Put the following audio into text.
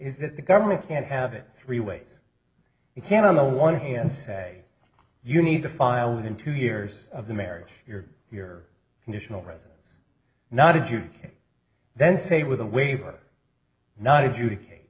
that the government can't have it three ways you can't on the one hand say you need to file within two years of the marriage your your conditional residence now did you then say with a waiver not educate